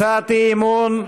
הצעת אי-אמון: